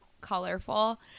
colorful